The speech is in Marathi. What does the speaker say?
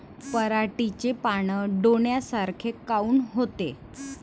पराटीचे पानं डोन्यासारखे काऊन होते?